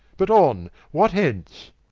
but on what hence?